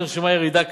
נרשמה ירידה,